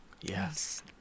Yes